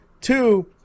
two